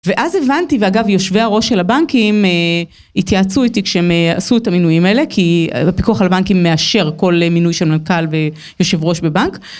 ואז הבנתי, ואגב, יושבי הראש של הבנקים התייעצו איתי כשהם עשו את המינויים האלה, כי פיקוח על הבנקים מאשר כל מינוי של מנכ"ל ויושב ראש בבנק.